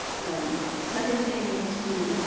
um second thing is to